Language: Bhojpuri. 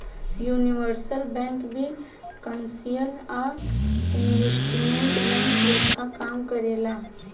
यूनिवर्सल बैंक भी कमर्शियल आ इन्वेस्टमेंट बैंक लेखा काम करेले